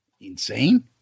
Insane